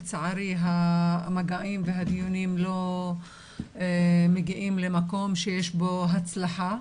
לצערי המגעים והדיונים לא מגיעים למקום שיש בו הצלחה.